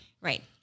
Right